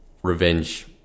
Revenge